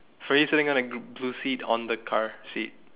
free sitting on the blue seat on the car seat